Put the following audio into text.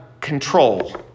control